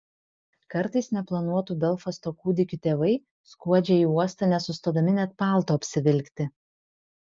kartais neplanuotų belfasto kūdikių tėvai skuodžia į uostą nesustodami net palto apsivilkti